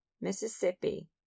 Mississippi